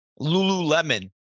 Lululemon